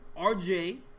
RJ